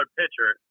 pitcher